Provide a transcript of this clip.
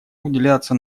уделяться